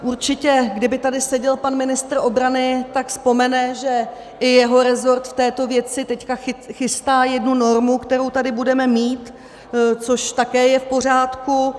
Určitě kdyby tady seděl pan ministr obrany, tak vzpomene, že i jeho resort v této věci teď chystá jednu normu, kterou tady budeme mít, což také je v pořádku.